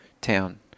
town